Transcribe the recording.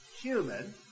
human